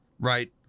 right